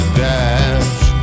dash